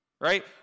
Right